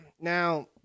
Now